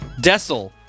Desil